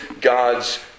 God's